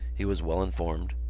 he was well informed.